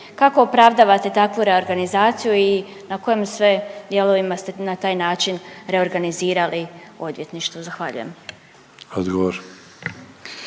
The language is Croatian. Kako opravdavate takvu reorganizaciju i na kojim sve dijelovima ste na taj način reorganizirali odvjetništvo? Zahvaljujem.